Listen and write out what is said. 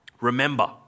Remember